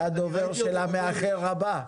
אתה הדובר של המאחר הבא?